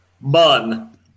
bun